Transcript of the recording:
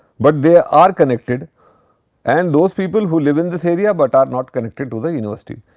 but they are are connected and those people who live in this area, but are not connected to the university.